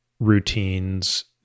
routines